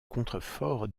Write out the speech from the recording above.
contreforts